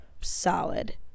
solid